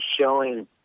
showing